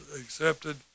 accepted